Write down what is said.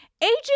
Agent